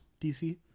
DC